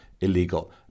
illegal